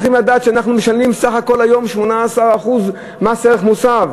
אנחנו צריכים לדעת שאנחנו משלמים סך הכול היום 18% מס ערך מוסף,